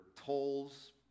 tolls